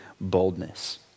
boldness